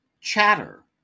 Chatter